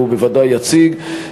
והוא בוודאי יציג,